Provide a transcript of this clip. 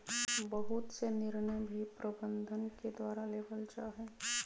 बहुत से निर्णय भी प्रबन्धन के द्वारा लेबल जा हई